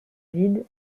vide